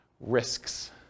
Risks